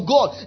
God